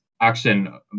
action